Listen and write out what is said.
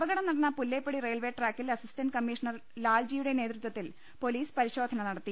അപകടം നടന്ന പുല്ലേപ്പടി റെയിൽവെ ട്രാക്കിൽ അസിസ്റ്റന്റ് കമ്മീഷണർ ലാൽജിയുടെ നേതൃത്വത്തിൽ പൊലീസ് പരിശോ ധന നടത്തി